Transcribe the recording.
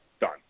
done